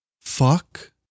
fuck